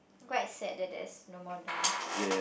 quite sad that there's no more dumb